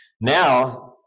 Now